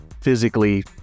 physically